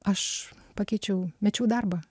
aš pakeičiau mečiau darbą